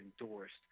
endorsed